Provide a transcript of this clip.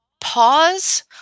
pause